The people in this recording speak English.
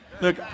Look